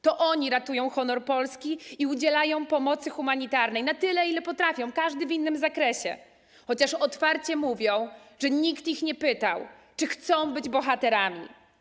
To oni ratują honor Polski i udzielają pomocy humanitarnej na tyle, na ile potrafią, każdy w innym zakresie, chociaż otwarcie mówią, że nikt ich nie pytał, czy chcą być bohaterami.